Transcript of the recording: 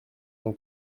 mon